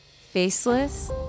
faceless